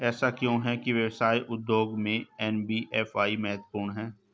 ऐसा क्यों है कि व्यवसाय उद्योग में एन.बी.एफ.आई महत्वपूर्ण है?